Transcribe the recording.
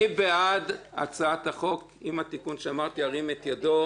מי בעד הצעת החוק עם התיקון שאמרתי ירים את ידו.